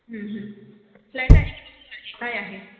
flat आहे की bungalow आहे काय आहे